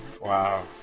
wow